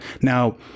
Now